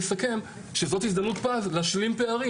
לסייף,